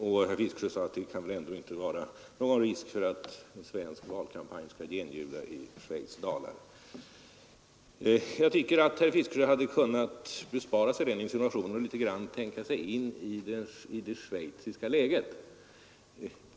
Herr Fiskesjö säger att det väl ändå inte kan vara någon risk för att en svensk valkampanj skall genljuda i Schweiz” dalar. Jag tycker att herr Fiskesjö hade kunnat bespara sig den insinuationen och i stället kunde ha tänkt sig in i det schweiziska läget.